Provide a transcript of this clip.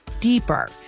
deeper